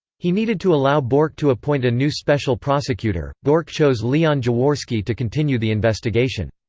he needed to allow bork to appoint a new special prosecutor bork chose leon jaworski to continue the investigation.